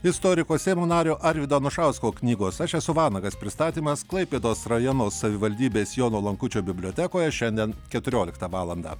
istoriko seimo nario arvydo anušausko knygos aš esu vanagas pristatymas klaipėdos rajono savivaldybės jono lankučio bibliotekoje šiandien keturioliktą valandą